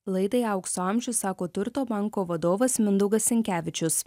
laidai aukso amžius sako turto banko vadovas mindaugas sinkevičius